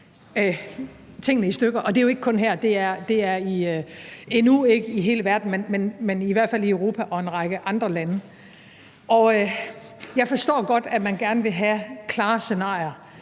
i hele verden, men i hvert fald i Europa og i en række andre lande. Jeg forstår godt, at man gerne vil have klare scenarier